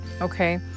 okay